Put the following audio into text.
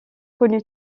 connue